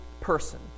person